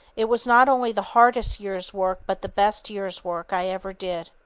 it was not only the hardest year's work but the best year's work i ever did.